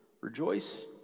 Rejoice